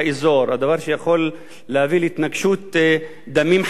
דבר שיכול להביא להתנגשות דמים חזיתית